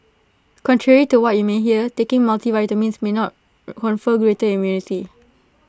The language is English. contrary to what you may hear taking multivitamins may not confer greater immunity